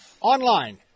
online